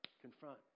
confront